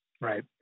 Right